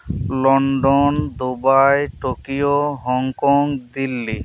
London Dubai Tokyo Hong Kong Delhi